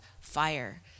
fire